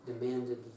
Demanded